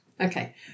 Okay